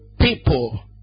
people